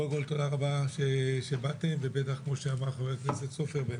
תודה רבה שבאתם ובטח כמו שאמר חבר הכנסת סופר,